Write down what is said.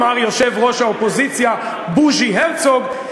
אמר יושב-ראש האופוזיציה בוז'י הרצוג,